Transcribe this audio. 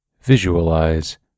visualize